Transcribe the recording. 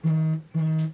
um